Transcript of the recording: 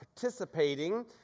participating